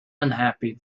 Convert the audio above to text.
unhappy